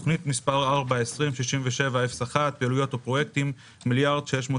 206701תוכנית מס' 4: פעילויות ופרויקטים - 1,622,466 אלפי ש״ח.